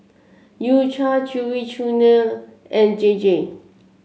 U Cha Chewy Junior and J J